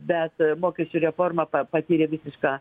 bet mokesčių reforma pa patyrė visišką